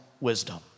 wisdom